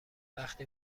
وقتی